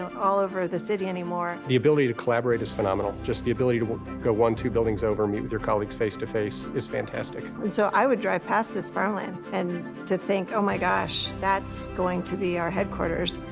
all over the city any more. the ability to collaborate is phenomenal. just the ability to go one, two buildings over, meet with your colleagues face to face is fantastic. and so i would drive past this farmland and to think, oh my gosh, that's going to be our headquarters,